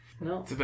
No